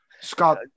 Scott